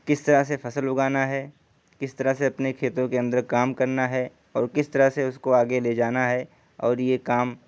کس طرح سے فصل اگانا ہے کس طرح سے اپنے کھیتوں کے اندر کام کرنا ہے اور کس طرح سے اس کو آگے لے جانا ہے اور یہ کام